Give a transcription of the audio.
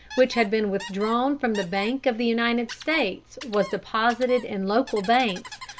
which had been withdrawn from the bank of the united states was deposited in local banks,